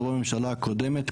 לא בממשלה הקודמת,